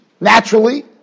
naturally